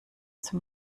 zum